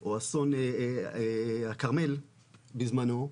או אסון הכרמל בזמנו,